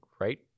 right